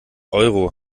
euro